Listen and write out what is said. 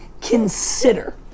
consider